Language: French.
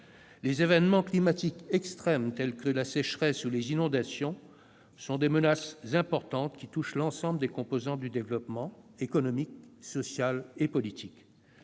Les événements climatiques extrêmes tels que les sécheresses ou les inondations sont des menaces importantes qui touchent l'ensemble des composantes- économique, sociale et politique